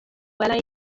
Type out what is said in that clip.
welai